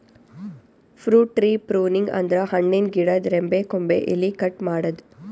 fruit tree pruning ಅಂದ್ರ ಹಣ್ಣಿನ್ ಗಿಡದ್ ರೆಂಬೆ ಕೊಂಬೆ ಎಲಿ ಕಟ್ ಮಾಡದ್ದ್